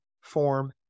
form